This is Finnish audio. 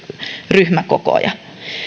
ryhmäkokoja